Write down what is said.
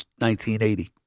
1980